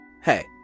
Hey